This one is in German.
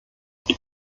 ich